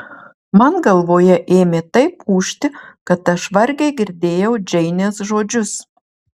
man galvoje ėmė taip ūžti kad aš vargiai girdėjau džeinės žodžius